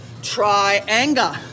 Triangle